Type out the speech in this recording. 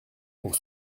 pour